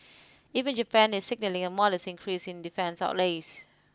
even Japan is signalling a modest increase in defence outlays